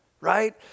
right